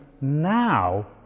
now